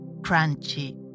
crunchy